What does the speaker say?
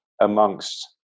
amongst